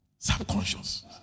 Subconscious